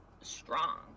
strong